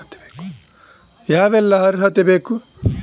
ಯಾವೆಲ್ಲ ಅರ್ಹತೆ ಬೇಕು?